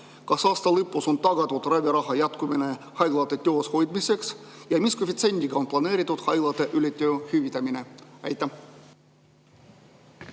Kas aasta lõpus on tagatud raviraha jätkumine haiglate töös hoidmiseks ja mis koefitsiendiga on planeeritud haigla[töötajate] ületöö hüvitamine? Aitäh!